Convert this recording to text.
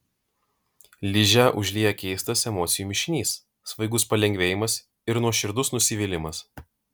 ližę užlieja keistas emocijų mišinys svaigus palengvėjimas ir nuoširdus nusivylimas